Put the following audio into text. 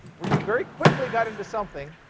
where you very quickly got into something